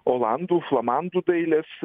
olandų flamandų dailės